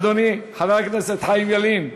אדוני, חבר הכנסת ילין,